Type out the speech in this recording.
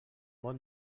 vot